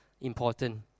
important